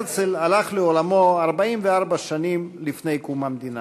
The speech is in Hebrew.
הרצל הלך לעולמו 44 שנים לפני קום המדינה